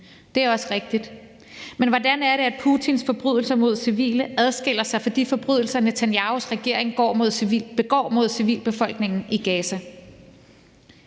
Det er også rigtigt, men hvordan er det, at Putins forbrydelser mod civile adskiller sig fra de forbrydelser, Netanyahus regering begår mod civilbefolkningen i Gaza?